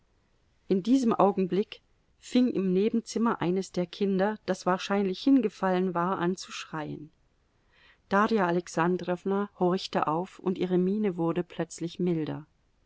in diesem augenblick fing im nebenzimmer eines der kinder das wahrscheinlich hingefallen war an zu schreien darja alexandrowna horchte auf und ihre miene wurde plötzlich milder